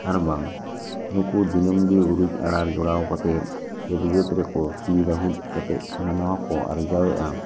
ᱟᱨ ᱵᱟᱝ ᱱᱩᱠᱩ ᱫᱤᱱᱚᱢ ᱜᱮ ᱩᱨᱤᱡ ᱟᱲᱟᱨ ᱡᱚᱲᱟᱣ ᱠᱟᱛᱮ ᱠᱷᱮᱛ ᱵᱟᱹᱫ ᱨᱮᱠᱚ ᱥᱤ ᱞᱟᱹᱦᱩᱫ ᱠᱟᱛᱮ ᱦᱟᱱᱟ ᱱᱟᱣᱟ ᱠᱚ ᱟᱨᱡᱟᱣ ᱮᱫᱟ